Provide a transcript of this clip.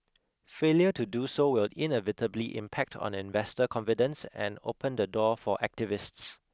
failure to do so will inevitably impact on investor confidence and open the door for activists